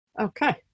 okay